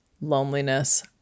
loneliness